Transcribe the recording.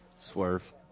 Swerve